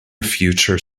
future